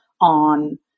on